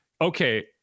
Okay